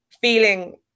feeling